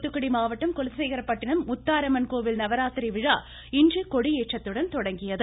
தூத்துக்குடி மாவட்டம் குலசேகரன்பட்டினம் முத்தாரம்மன் கோவில் நவராத்திரி விழா இன்று கொடியேற்றத்துடன் தொடங்கியது